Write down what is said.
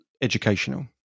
educational